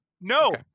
No